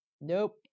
Nope